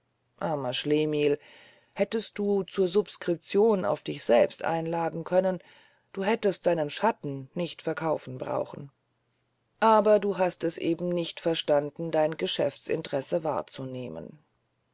armer schlemihl hättest du zur subskription auf dich selbst einladen können du hättest deinen schatten nicht zu verkaufen brauchen aber du hast es eben nicht verstanden dein geschäftsinteresse wahrzunehmen